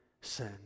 sin